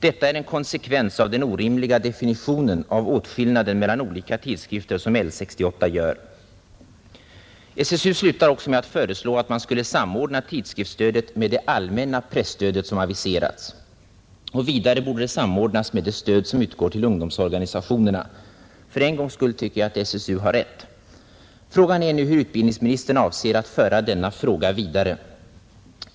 Detta är en konsekvens av den orimliga definitionen av åtskillnaden mellan olika tidskrifter som L 68 gör.” SSU slutar också med att föreslå att man skulle samordna tidskriftsstödet med det allmänna presstöd som aviserats. Man anser vidare, att tidskriftsstödet måste samordnas med det allmänna statliga stöd som utgår till ungdomsorganisationerna. För en gångs skull tycker jag att SSU har rätt. Frågan är nu, hur utbildningsministern avser att föra denna fråga vidare.